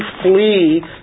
flee